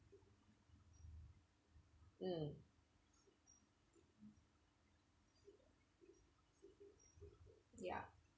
mm yeah